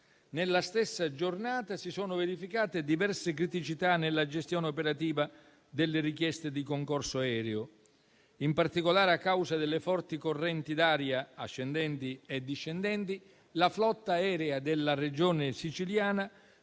Nella stessa giornata si sono verificate diverse criticità nella gestione operativa delle richieste di concorso aereo. In particolare, a causa delle forti correnti d'aria ascendenti e discendenti, la flotta aerea della Regione Siciliana